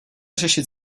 řešit